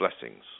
Blessings